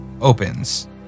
opens